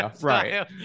Right